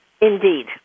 Indeed